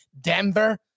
denver